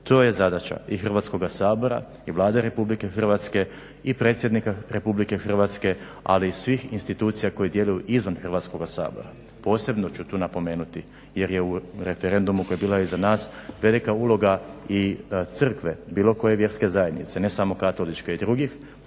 To je zadaća i Hrvatskoga sabora i Vlade RH i predsjednika RH ali i svih institucija koje djeluju izvan Hrvatskoga sabora. Posebno ću tu napomenuti jer je u referendumu koji je iza nas bila velika uloga i Crkve, bilo koje vjerske zajednice, ne samo katoličke nego i drugih,